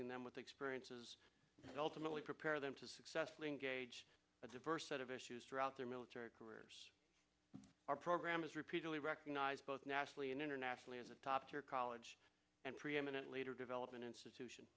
ing them with experiences ultimately prepare them to successfully engage a diverse set of issues throughout their military careers our program has repeatedly recognized both nationally and internationally as a top tier college and preeminent leader development institution